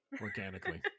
Organically